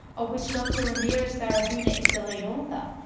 of which dr ramirez-barahona is the lead author,